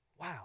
wow